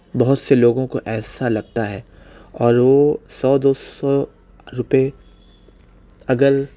بہت سے لوگوں کو ایسا لگتا ہے اور وہ سو دو سو روپئے اگر